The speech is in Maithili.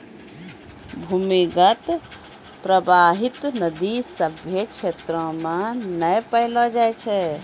भूमीगत परबाहित नदी सभ्भे क्षेत्रो म नै पैलो जाय छै